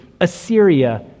Assyria